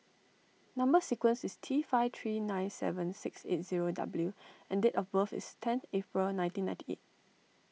Number Sequence is T five three nine seven six eight zero W and date of birth is ten April nineteen ninety eight